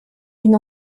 d’une